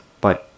Bye